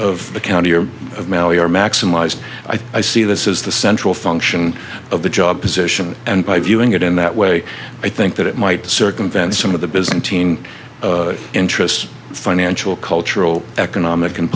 of the county your mail your maximized i see this is the central function of the job position and by viewing it in that way i think that it might circumvent some of the byzantine interests financial cultural economic and